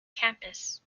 campus